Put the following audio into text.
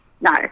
No